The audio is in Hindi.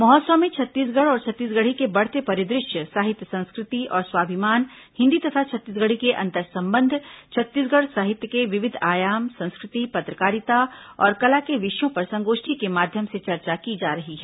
महोत्सव में छत्तीसगढ़ और छत्तीसगढ़ी के बढ़ते परिदृश्य साहित्य संस्कृति और स्वाभिमान हिन्दी तथा छत्तीसगढ़ी के अंतर संबंध छत्तीसगढ़ साहित्य के विविध आयाम संस्कृति पत्रकारिता और कला के विषयों पर संगोष्ठी के माध्यम से चर्चा की जा रही है